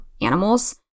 animals